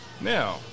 now